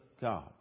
God